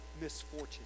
misfortune